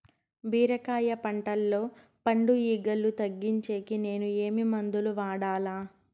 బీరకాయ పంటల్లో పండు ఈగలు తగ్గించేకి నేను ఏమి మందులు వాడాలా?